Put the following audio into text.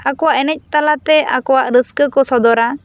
ᱟᱠᱚᱣᱟᱜ ᱮᱱᱮᱡ ᱛᱟᱞᱟ ᱛᱮ ᱟᱠᱚᱣᱟᱜ ᱨᱟᱹᱥᱠᱟᱹ ᱠᱚ ᱥᱚᱫᱚᱨᱟ